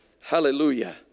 Hallelujah